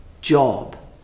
job